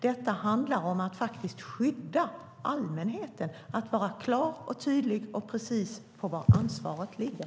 Det handlar om att skydda allmänheten och att vara klar, tydlig och precis när det gäller var ansvaret ligger.